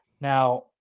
Now